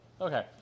Okay